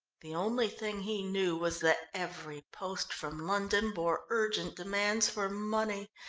the only thing he knew was that every post from london bore urgent demands for money,